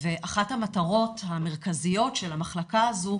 ואחת המטרות המרכזיות של המחלקה הזו,